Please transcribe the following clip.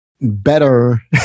better